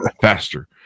faster